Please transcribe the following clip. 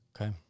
Okay